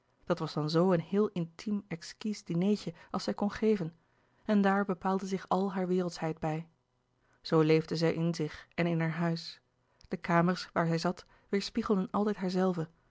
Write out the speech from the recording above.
dat was dan zoo een heel intiem exquis dinertje als zij kon geven en daar bepaalde zich al hare wereldschheid bij louis couperus de boeken der kleine zielen zoo leefde zij in zich en in haar huis de kamers waar zij zat weêrspiegelden altijd